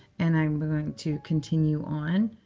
and i'm going to continue on